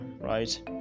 right